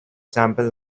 sample